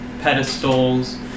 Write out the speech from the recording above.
pedestals